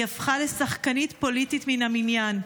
היא הפכה לשחקנית פוליטית מן המניין,